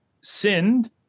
sinned